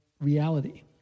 reality